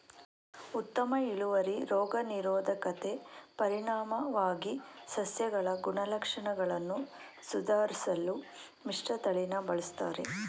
ಉತ್ತಮ ಇಳುವರಿ ರೋಗ ನಿರೋಧಕತೆ ಪರಿಣಾಮವಾಗಿ ಸಸ್ಯಗಳ ಗುಣಲಕ್ಷಣಗಳನ್ನು ಸುಧಾರ್ಸಲು ಮಿಶ್ರತಳಿನ ಬಳುಸ್ತರೆ